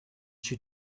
she